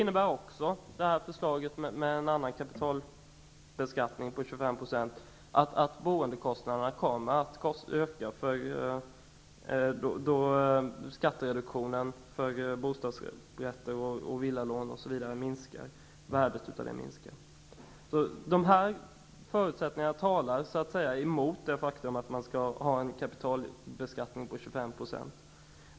innebär också att boendekostnaderna kommer att öka i och med att värdet av skattereduktionen för lån på bostadsrätter, villalån osv. minskar. Dessa förutsättningar talar emot att man skall ha en kapitalbeskattning på 25 %.